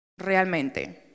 Realmente